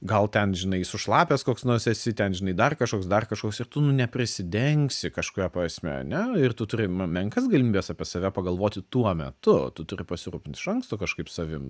gal ten žinai sušlapęs koks nors esi ten žinai dar kažkoks dar kažkoks ir tu nu ne prisidengsi kažkuria prasme ane ir tu turi me menkas galimybes apie save pagalvoti tuo metu tu turi pasirūpint iš anksto kažkaip savim